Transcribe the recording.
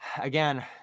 again